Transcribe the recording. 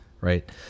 right